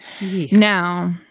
now